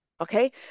Okay